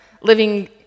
living